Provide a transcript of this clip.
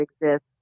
exist